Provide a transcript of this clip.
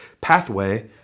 pathway